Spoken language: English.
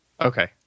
okay